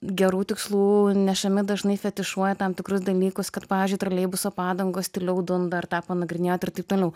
gerų tikslų nešami dažnai fetišuoja tam tikrus dalykus kad pavyzdžiui troleibuso padangos tyliau dunda ir tą panagrinėjo ir taip toliau